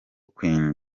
queen